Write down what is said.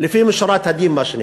לפנים משורת הדין, מה שנקרא.